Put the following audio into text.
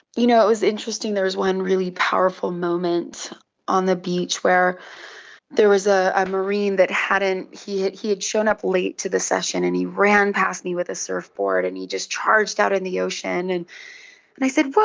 you know, it was interesting, there was one really powerful moment on the beach where there was a ah marine that hadn't, he had shown up late to the session and he ran past me with a surfboard and he just charged out in the ocean. and and i said, whoa,